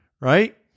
right